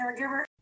caregiver